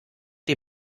die